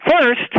First